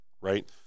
right